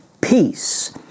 peace